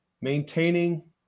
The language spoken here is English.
maintaining